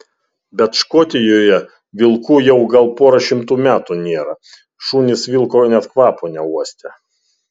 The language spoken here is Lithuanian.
bet škotijoje vilkų jau gal pora šimtų metų nėra šunys vilko net kvapo neuostę